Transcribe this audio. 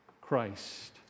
Christ